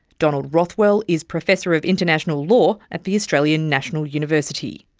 donald rothwell is professor of international law at the australian national university.